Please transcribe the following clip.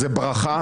זה ברכה,